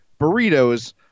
burritos